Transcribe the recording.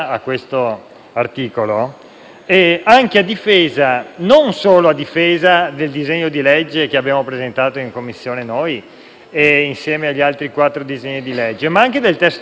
a questo articolo non solo a difesa del disegno di legge che abbiamo presentato in Commissione, assieme agli altri quattro disegni di legge, ma anche del testo base, perché quest'ultimo,